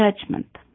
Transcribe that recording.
judgment